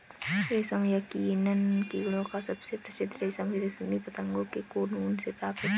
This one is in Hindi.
रेशम यकीनन कीड़ों का सबसे प्रसिद्ध रेशम रेशमी पतंगों के कोकून से प्राप्त होता है